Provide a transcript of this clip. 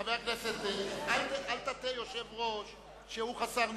חבר הכנסת, אל תטעה יושב-ראש שהוא חסר ניסיון.